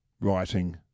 writing